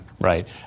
Right